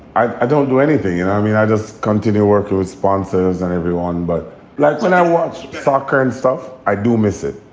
i don't do anything. and i mean, i just continue working with sponsors and everyone. but like, when i watch soccer and stuff, i do miss it.